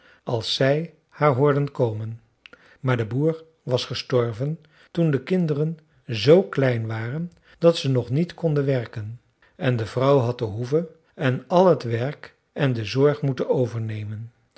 als zij haar hoorden komen maar de boer was gestorven toen de kinderen zoo klein waren dat ze nog niet konden werken en de vrouw had de hoeve en al t werk en de zorg moeten overnemen